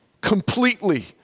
completely